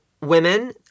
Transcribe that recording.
women